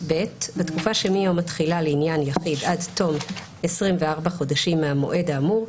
(ב)בתקופה שמיום התחילה לעניין יחיד עד תום 24 חודשים מהמועד האמור,